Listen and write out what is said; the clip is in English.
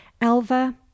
Alva